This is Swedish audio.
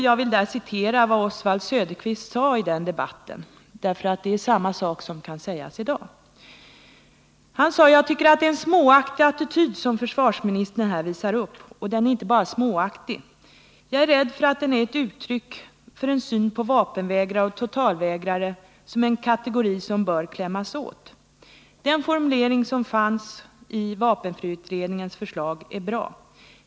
Jag skall här citera vad Oswald Söderqvist sade i den debatten, därför att samma sak kan sägas i dag: ”Jag tycker att det är en småaktig attityd som försvarsministern här visar upp. Och den är inte bara småaktig. Jag är rädd för att den är ett uttryck för en syn på vapenvägrare och totalvägrare som en kategori som bör klämmas åt. —-—-— Den formulering som fanns i vapenfriutredningens förslag är bra.